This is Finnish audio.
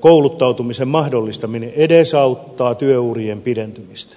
kouluttautumisen mahdollistaminen edesauttaa työurien pidentymistä